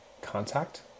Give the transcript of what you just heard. contact